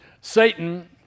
Satan